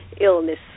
illness